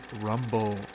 Rumble